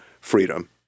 freedom